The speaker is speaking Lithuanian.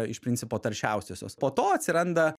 iš principo taršiausios po to atsiranda